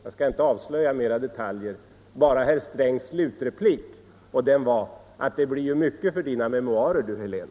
Jag skall inte avslöja fler detaljer, bara herr Strängs slutreplik: ”Det blir ju mycket för dina memoarer det här, Helén!”